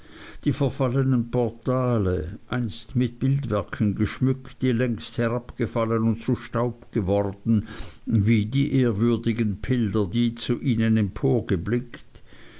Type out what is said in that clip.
die verfallenen portale einst mit bildwerken geschmückt die längst herabgefallen und zu staub geworden wie die ehrwürdigen pilger die zu ihnen